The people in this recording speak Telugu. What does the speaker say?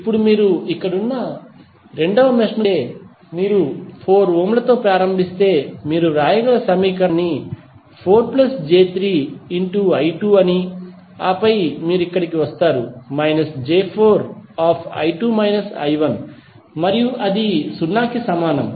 ఇప్పుడు మీరు ఇక్కడున్న రెండవ మెష్ ను చూస్తే మీరు 4 ఓం లతో ప్రారంభిస్తే మీరు వ్రాయగల సమీకరణాన్ని 4j3 I2 అనీ ఆపై మీరు ఇక్కడకు వస్తారు −j4 మరియు అది 0 కి సమానం